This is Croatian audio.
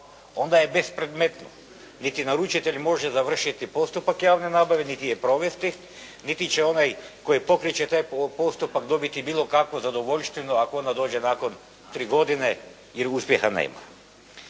onda je bespredmetno. Niti naručitelj može završiti postupak javne nabave, niti je provesti, niti će onaj koji pokreće taj postupak dobiti bilo kakvu zadovoljštinu ako ona dođe nakon 3 godine jer uspjeha nema.